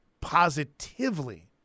positively